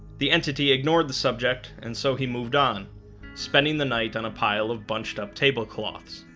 the entity ignored the subject and so he moved, on spending the night on a pile of bunched up tablecloths